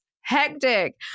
hectic